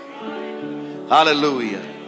Hallelujah